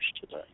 today